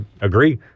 agree